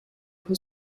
who